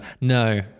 no